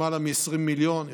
למעלה מ-20 מיליון רוסים,